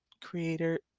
creator